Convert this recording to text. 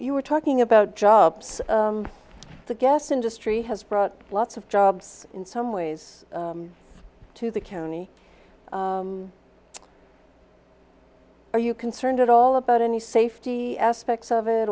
you we're talking about jobs the gas industry has brought lots of jobs in some ways to the county are you concerned at all about any safety aspects of it